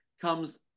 comes